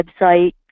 website